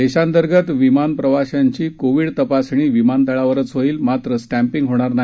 देशांतर्गत विमान प्रवाशांची कोविड तपासणी विमान तळावर होईल मात्र स्टॅम्पिंग होणार नाही